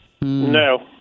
No